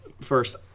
first